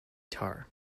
tar